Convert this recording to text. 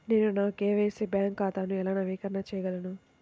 నేను నా KYC bank ఖాతాను ఎలా నవీకరణ చేయగలను?